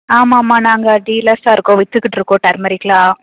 ஆமாம்மா நாங்கள் டீலர்ஸ்ஸா இருக்கோம் விற்றுக்கிட்ருக்கோம் டர்மரிக்லாம்